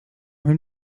him